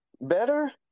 better